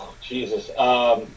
Jesus